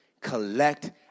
Collect